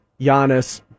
Giannis